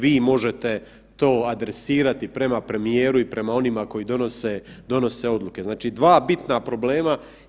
Vi možete to adresirati prema premijeru i prema onima koji donose odluke, znači dva bitna problema.